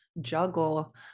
juggle